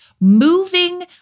moving